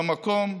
במקום,